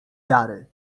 jary